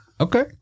Okay